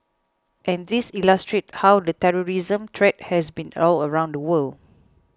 and these illustrate how the terrorism threat has been all around the world